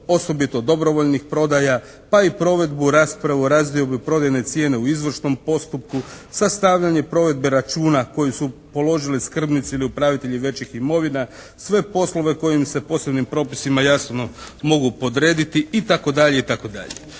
osobito dobrovoljnih prodaja pa i provedbu u raspravu o razdiobi prodajne cijene u izvršnom postupku, sastavljanje provedbe računa koje su položili skrbnici ili upravitelji većih imovina, sve poslove kojim se posebnim propisima jasno mogu podrediti, itd.,